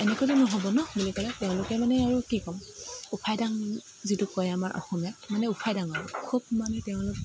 এনেকৈতো নহ'ব ন' বুলি ক'লে তেওঁলোকে মানে আৰু কি ক'ম ওফাইদাং যিটো কয় আমাৰ অসমীয়াত মানে ওফাইদাং আৰু খুব মানে তেওঁলোক